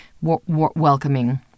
welcoming